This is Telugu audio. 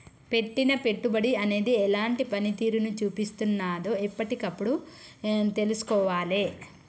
పెట్టిన పెట్టుబడి అనేది ఎలాంటి పనితీరును చూపిస్తున్నదో ఎప్పటికప్పుడు తెల్సుకోవాలే